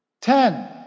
Ten